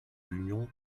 l’union